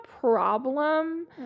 problem